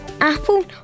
apple